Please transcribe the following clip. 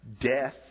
Death